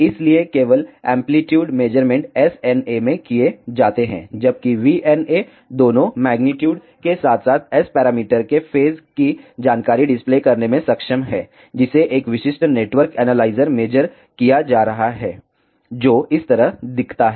इसलिए केवल amplitude measurement SNA में किए जाते हैं जबकि VNA दोनों मेग्नीट्यूड के साथ साथ S पैरामीटर के फेज की जानकारी डिस्प्ले करने में सक्षम है जिसे एक विशिष्ट नेटवर्क एनालाइजर मेजर किया जा रहा है जो इस तरह दिखता है